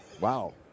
Wow